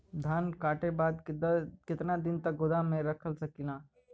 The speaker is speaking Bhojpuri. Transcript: धान कांटेके बाद कितना दिन तक गोदाम में रख सकीला?